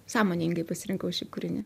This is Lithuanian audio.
sąmoningai pasirinkau šį kūrinį